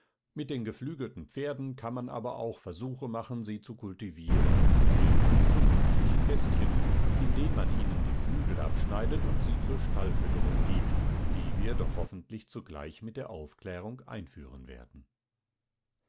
mit den geflügelten pferden kann man aber auch versuche machen sie zu kultivieren und zu bilden zu nützlichen bestien indem man ihnen die flügel abschneidet und sie zur stallfütterung gibt die wir doch hoffentlich zugleich mit der aufklärung einführen werden